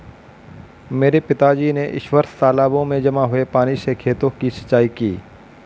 मेरे पिताजी ने इस वर्ष तालाबों में जमा हुए पानी से खेतों की सिंचाई की